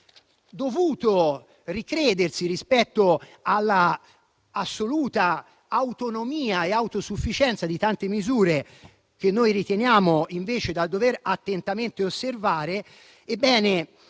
dovuto ricredersi in merito all'assoluta autonomia e autosufficienza di tante misure che noi riteniamo invece di dover attentamente osservare. Mi